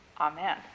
Amen